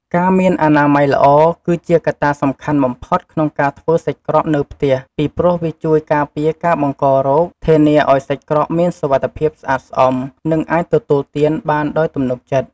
ការមានអនាម័យល្អ គឺជាកត្តាសំខាន់បំផុតក្នុងការធ្វើសាច់ក្រកនៅផ្ទះ ពីព្រោះវាជួយការពារការបង្ករោគ ធានាឱ្យសាច់ក្រកមានសុវត្ថិភាព ស្អាតស្អំ និងអាចទទួលទានបានដោយទំនុកចិត្ត។